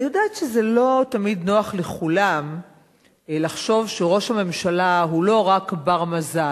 אני יודעת שזה לא תמיד נוח לכולם לחשוב שראש הממשלה הוא לא רק בר-מזל,